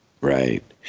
Right